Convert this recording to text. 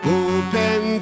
open